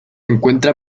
encuentra